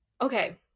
okay